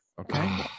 okay